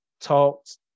talked